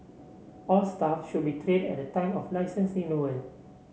all staff should be trained at the time of licence renewal